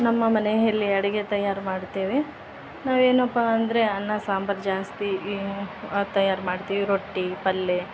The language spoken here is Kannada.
ನಮ್ಮ ಮನೆಯಲ್ಲಿ ಅಡುಗೆ ತಯಾರು ಮಾಡ್ತೇವೆ ನಾವು ಏನಪ್ಪ ಅಂದರೆ ಅನ್ನ ಸಾಂಬಾರ್ ಜಾಸ್ತಿ ತಯಾರು ಮಾಡ್ತೀವಿ ರೊಟ್ಟಿ ಪಲ್ಲೆ